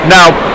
Now